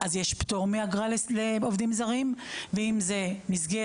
אתה פותח ואז זה בסדר,